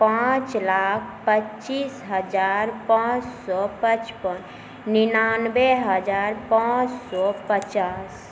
पाँच लाख पचीस हजार पाँच सओ पचपन निनानवे हजार पाँच सओ पचास